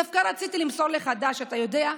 דווקא רציתי למסור לך ד"ש, אתה יודע.